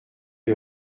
les